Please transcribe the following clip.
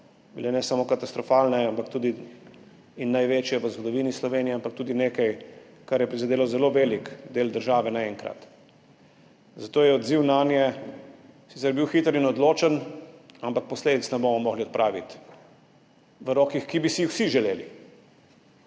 bile ne samo katastrofalne, ampak tudi največje v zgodovini Slovenije in tudi nekaj, kar je prizadelo zelo velik del države naenkrat. Zato je bil odziv nanje sicer hiter in odločen, ampak posledic ne bomo mogli odpraviti v rokih, ki bi si jih vsi želeli.